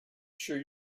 sure